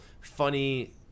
funny